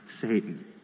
Satan